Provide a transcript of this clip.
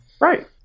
Right